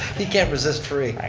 he can't resist free.